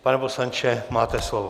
Pane poslanče, máte slovo.